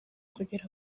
kugera